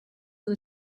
for